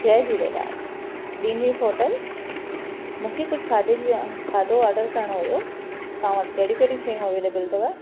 जय Jhulelal green leaf hotel मूंखे कुझु खाधे जी खाधो ऑर्डर करणो हुओ तव्हां वटि कहिड़ियूं कहिड़ियूं शयूं अवेलेबल अथव